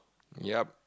ya